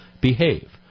behave